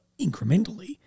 incrementally